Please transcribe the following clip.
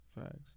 facts